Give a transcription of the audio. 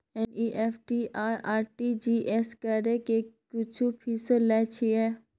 NEFT आ RTGS करै के कुछो फीसो लय छियै?